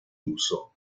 uso